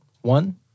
one